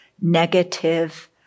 negative